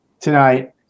tonight